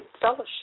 fellowship